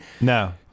No